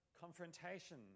confrontation